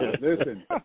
Listen